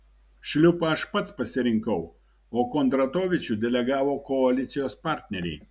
šliupą aš pats pasirinkau o kondratovičių delegavo koalicijos partneriai